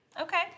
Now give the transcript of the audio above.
Okay